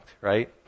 right